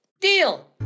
Deal